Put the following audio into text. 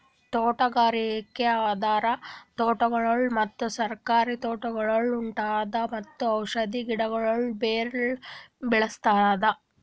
ತೋಟಗಾರಿಕೆ ಅಂದುರ್ ತೋಟಗೊಳ್ ಮತ್ತ ಸರ್ಕಾರಿ ತೋಟಗೊಳ್ದಾಗ್ ಊಟದ್ ಮತ್ತ ಔಷಧ್ ಗಿಡಗೊಳ್ ಬೆ ಳಸದ್